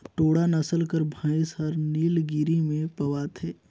टोडा नसल कर भंइस हर नीलगिरी में पवाथे